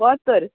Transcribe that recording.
बोरें तोर